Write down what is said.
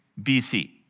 BC